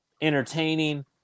entertaining